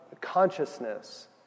consciousness